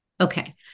Okay